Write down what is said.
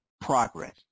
progress